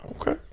Okay